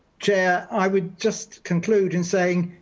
chair, i would just conclude in saying,